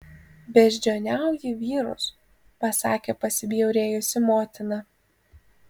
beždžioniauji vyrus pasakė pasibjaurėjusi motina